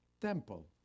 temple